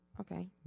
Okay